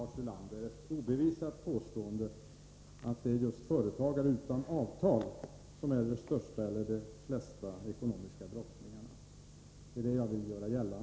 Herr talman! Det är ändå, Lars Ulander, ett obevisat påstående att det är just företagare utan avtal som är de största ekonomiska brottslingarna. Det är det som jag vill framhålla.